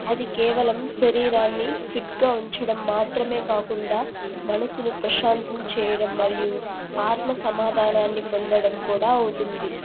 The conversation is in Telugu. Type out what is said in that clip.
అది కేవలం శరీరాన్ని ఫిట్గా ఉంచడం మాత్రమే కాకుండా మనసును ప్రశాంతం చెయ్యడం మరియు ఆత్మ సమాధానాన్ని పొందడం కూడా అవుతుంది